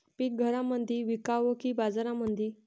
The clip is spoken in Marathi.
पीक घरामंदी विकावं की बाजारामंदी?